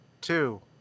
two